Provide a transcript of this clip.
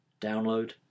Download